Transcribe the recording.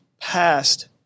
past